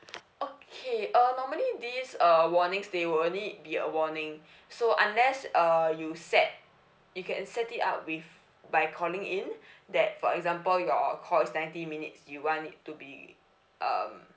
okay uh normally this uh warnings they will only be a warning so unless uh you set you can set it up with by calling in that for example you got a call is ninety minutes you want it to be um